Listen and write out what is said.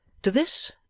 to this,